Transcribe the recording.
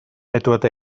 edward